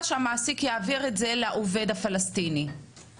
שהמעסיק יעביר את זה לעובד הפלסטיני,